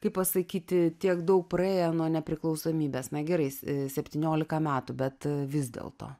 kaip pasakyti tiek daug praėję nuo nepriklausomybės na gerai septyniolika metų bet vis dėlto